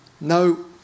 No